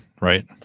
right